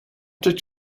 did